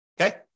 okay